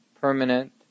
permanent